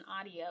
Audio